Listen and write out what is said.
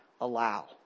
allow